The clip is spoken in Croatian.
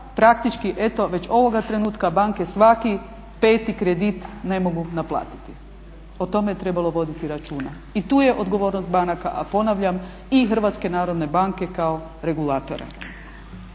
Praktički eto već ovoga trenutka banke svaki peti kredit ne mogu naplatiti. O tome je trebalo voditi računa i tu je odgovornost banaka, a ponavljam i Hrvatske narodne banke kao regulatora.